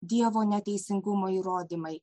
dievo neteisingumo įrodymai